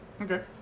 Okay